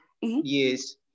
Yes